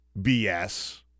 BS